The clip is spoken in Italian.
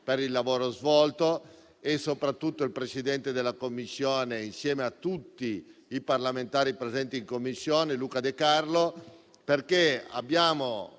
Grazie a tutti